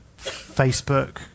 Facebook